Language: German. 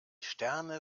sterne